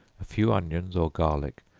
a few onions or garlic,